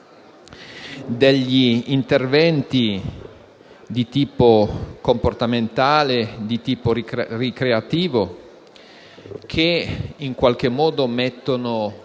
degli interventi di tipo comportamentale, di tipo ricreativo, che in qualche modo mettono